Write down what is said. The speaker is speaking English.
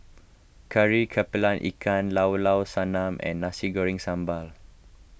Kari Kepala Ikan Llao Llao Sanum and Nasi Goreng Sambal